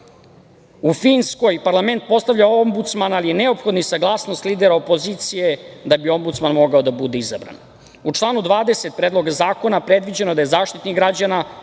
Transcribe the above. U Finskoj parlament postavlja Ombudsmana, ali je neophodna i saglasnost lidera opozicije da bi Ombudsman mogao da bude izabran.U članu 20. Predloga zakona predviđeno je da je Zaštitnik građana